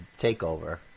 TakeOver